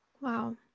Wow